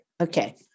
Okay